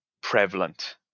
prevalent